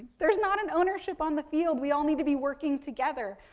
there's not an ownership on the field. we all need to be working together,